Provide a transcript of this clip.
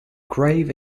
grave